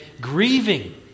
grieving